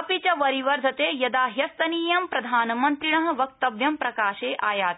अपि च वरिवर्धते यदा द्यस्तनीयं प्रधानमन्त्रिण वक्तव्यं प्रकाशे आयाति